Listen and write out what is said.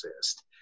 exist